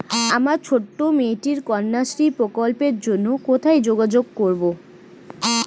আমার ছোট্ট মেয়েটির কন্যাশ্রী প্রকল্পের জন্য কোথায় যোগাযোগ করব?